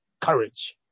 courage